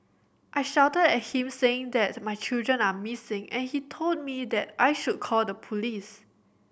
I shouted at him saying that my children are missing and he told me that I should call the police